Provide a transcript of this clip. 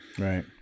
Right